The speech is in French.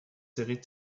séries